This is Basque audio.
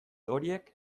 horiek